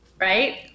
right